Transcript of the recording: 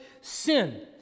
sin